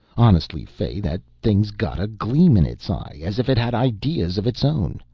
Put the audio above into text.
honestly, fay, that thing's got a gleam in its eye as if it had ideas of its own.